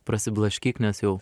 prasiblaškyk nes jau